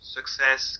Success